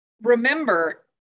remember